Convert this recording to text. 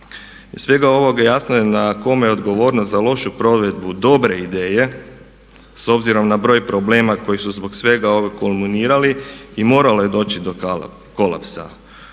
svega ovoga jasno je na kome je odgovornost za lošu provedbu dobre ideje, s obzirom na broj problema koji su zbog svega ovog kulminirali i moralo je doći do kolapsa.